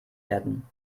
werden